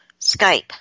Skype